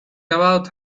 about